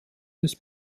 des